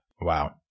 Wow